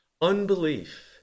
Unbelief